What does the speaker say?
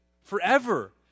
forever